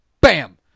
bam